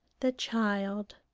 the child,